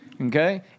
Okay